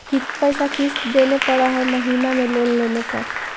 कितना पैसा किस्त देने पड़ है महीना में लोन लेने पर?